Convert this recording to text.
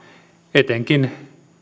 etenkin